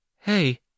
Hey